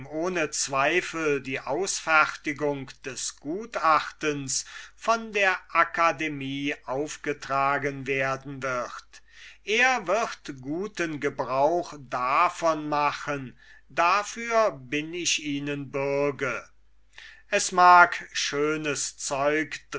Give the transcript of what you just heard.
ohne zweifel die ausfertigung des gutachtens von der akademie aufgetragen werden wird er wird guten gebrauch davon machen dafür bin ich ihnen bürge es mag schönes zeug